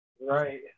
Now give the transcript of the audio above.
Right